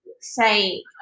say